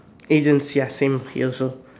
agents ya same here also